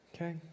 Okay